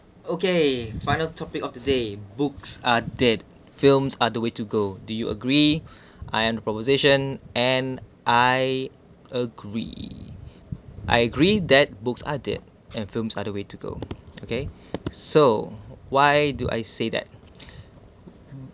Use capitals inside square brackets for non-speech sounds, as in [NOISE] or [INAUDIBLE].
okay final topic of the day books are dead films are the way to go do you agree [BREATH] I am the proposition and I agree I agree that books are dead and films are the way to go okay [BREATH] so why do I say that [BREATH]